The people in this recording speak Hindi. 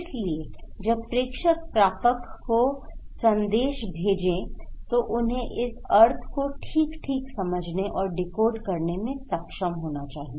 इसलिए जब प्रेषक प्रापक को संदेश भेजे तो उन्हें उस अर्थ को ठीक ठीक समझने और डिकोड करने में सक्षम होना चाहिए